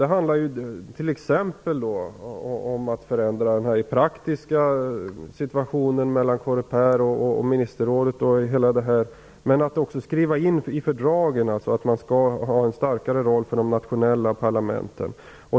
Det handlar t.ex. om att förändra den praktiska situationen mellan Coreper och ministerrådet och att även skriva in i fördragen att man skall ha en starkare roll för de nationella parlamenten.